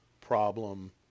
problem